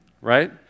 right